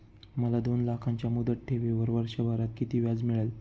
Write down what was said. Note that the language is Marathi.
मला दोन लाखांच्या मुदत ठेवीवर वर्षभरात किती व्याज मिळेल?